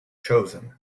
chosen